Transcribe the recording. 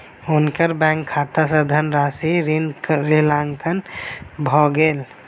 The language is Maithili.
हुनकर बैंक खाता सॅ धनराशि ऋणांकन भ गेल